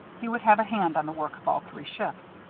he would have a hand on the work of all three shifts.